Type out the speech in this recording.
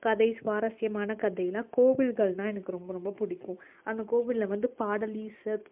கதை சுவாரசியமான கதைன்னால் கோவில்கள்தான் எனக்கு ரொம்ப ரொம்ப பிடிக்கும் அந்த கோவிலில் வந்து பாடல் ஈஷ்ஷு